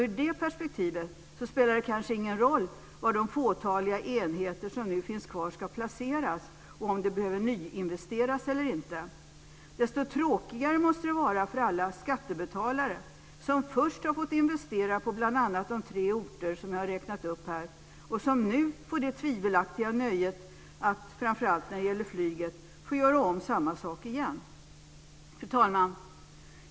Ur det perspektivet spelar det kanske ingen roll var de fåtaliga enheter som nu finns kvar ska placeras och om det behöver nyinvesteras eller inte. Desto tråkigare måste det vara för alla skattebetalare som först har fått investera på bl.a. de tre orter som jag räknade upp här som nu får det tvivelaktiga nöjet att, framför allt när det gäller flyget, göra om samma sak igen. Fru talman!